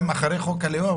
גם אחרי חוק הלאום,